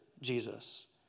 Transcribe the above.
Jesus